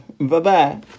Bye-bye